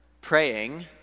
praying